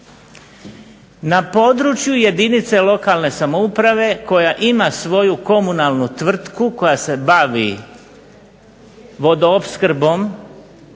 Na području jedinice lokalne samouprave koja ima svoju komunalnu tvrtku koja se bavi vodoopskrbom